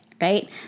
right